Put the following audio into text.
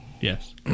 Yes